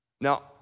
Now